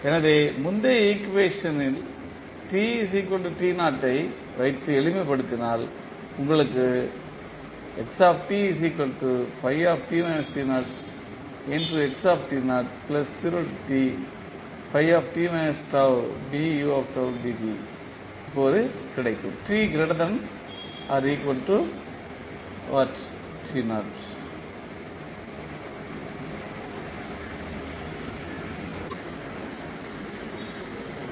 எனவே முந்தைய ஈக்குவேஷன்ட்டில் ஐ வைத்து எளிமைப்படுத்தினால் உங்களுக்கு இப்போது கிடைக்கும்